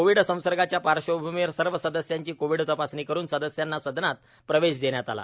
Covid संसर्गाच्या पार्श्वभूमीवर सर्व सदस्यांची कोविड तपासणी करून सदस्यांना सदनात प्रवेश देण्यात आला